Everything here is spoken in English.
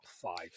five